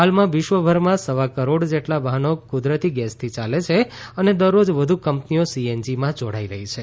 હાલમાં વિશ્વભરમાં સવા કરોડ જેટલા વાહનો કુદરતી ગેસથી યાલે છે અને દરરોજ વધુ કંપનીઓ સીએનજીમાં જોડાઇ રહી છે